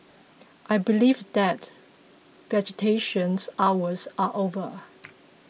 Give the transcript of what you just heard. I believe that visitations hours are over